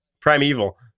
Primeval